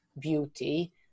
beauty